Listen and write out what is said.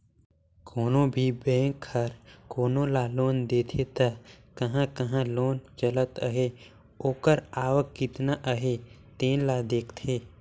कोनो भी बेंक हर कोनो ल लोन देथे त कहां कहां लोन चलत अहे ओकर आवक केतना अहे तेन ल देखथे